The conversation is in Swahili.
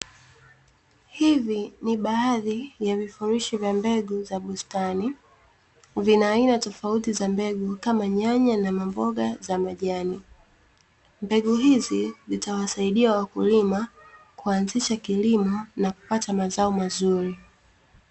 Hivi ni baadhi ya vifurushi vya mbegu za bustani, vina aina tofauti za mbegu kama nyanya na mboga za majani, mbegu hizi zitawasaidia wakulima kuanzisha kilimo na kupata mazao mazuri.